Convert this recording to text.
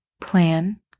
Plan